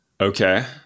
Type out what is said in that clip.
Okay